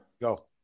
Go